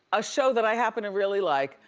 a show that i happen to really like,